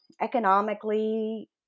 economically